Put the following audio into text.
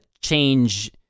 change